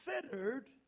considered